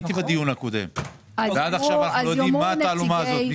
הייתי בדיון הקודם ועד עכשיו אנחנו לא יודעים מה התעלומה הזאת.